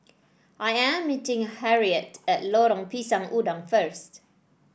I am meeting Harriette at Lorong Pisang Udang first